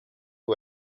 who